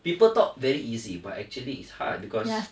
people thought very easy but actually is hard because